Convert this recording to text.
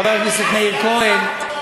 חבר הכנסת מאיר כהן,